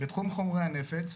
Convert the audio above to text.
בתחום חומרי הנפץ,